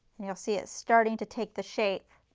and you will see it's starting to take the shape